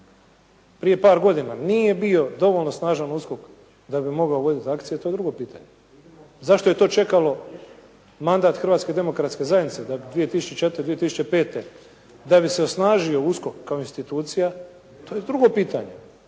prije par godina nije bio dovoljno snažan USKOK da bi mogao voditi akciju, to je drugo pitanje. Zašto je to čekalo mandat Hrvatske demokratske zajednice da bi 2004., 2005. da bi se osnažio USKOK kao institucija, to je drugo pitanje.